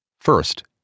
First